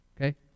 Okay